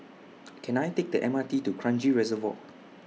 Can I Take The M R T to Kranji Reservoir